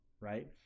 right